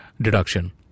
deduction